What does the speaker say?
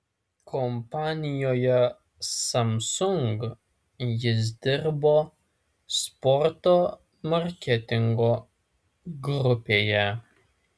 kompanijoje samsung jis dirbo sporto marketingo grupėje